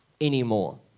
anymore